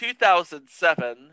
2007